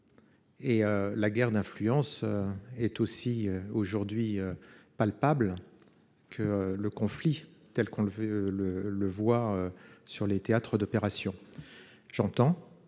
Et la guerre d'influence. Est aussi aujourd'hui palpable que le conflit telle qu'on le fait le le voit sur les théâtres d'opérations. J'entends